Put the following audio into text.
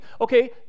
Okay